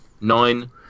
Nine